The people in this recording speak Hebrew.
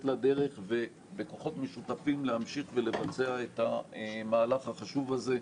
לדרך ובכוחות משותפים להמשיך ולבצע את המהלך החשוב הזה.